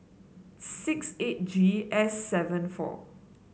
six eight G S seven four